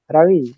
Ravi